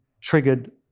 triggered